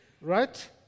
right